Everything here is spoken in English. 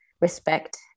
respect